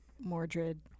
Mordred